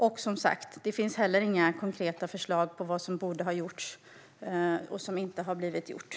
Det finns inte heller några konkreta förslag på vad som borde ha gjorts och vad som inte har gjorts.